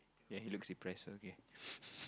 ya he looks depressed okay